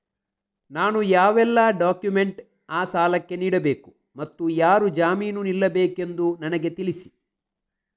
ನಾನು ಯಾವೆಲ್ಲ ಡಾಕ್ಯುಮೆಂಟ್ ಆ ಸಾಲಕ್ಕೆ ನೀಡಬೇಕು ಮತ್ತು ಯಾರು ಜಾಮೀನು ನಿಲ್ಲಬೇಕೆಂದು ನನಗೆ ತಿಳಿಸಿ?